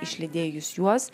išlydėjus juos